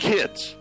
Kids